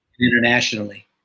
Internationally